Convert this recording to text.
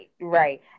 right